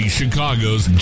Chicago's